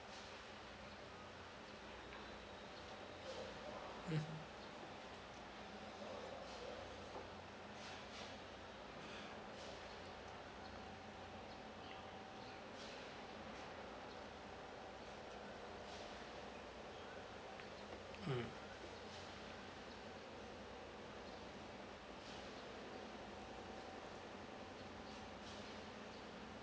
mm mm